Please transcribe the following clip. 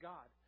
God